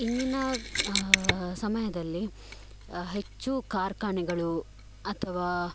ಇಂದಿನ ಸಮಯದಲ್ಲಿ ಹೆಚ್ಚು ಕಾರ್ಖಾನೆಗಳು ಅಥವಾ